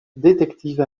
détective